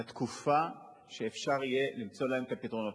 תקופה שאפשר יהיה למצוא להם את הפתרונות.